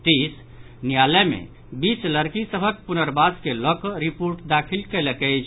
टिस न्यायालय मे बीस लड़की सभक पुनर्वास के लऽकऽ रिपोर्ट दाखिल कयलक अछि